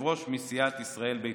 יושב-ראש מסיעת ישראל ביתנו.